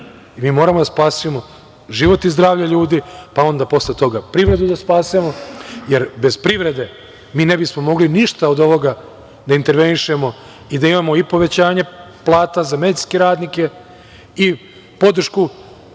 Mi moramo da spasimo život i zdravlje ljudi, pa onda posle toga privredu da spasemo, jer bez privrede mi ne bismo mogli ništa od ovoga da intervenišemo i da imamo i povećanje plata za medicinske radnike i podršku